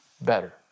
better